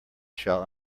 shall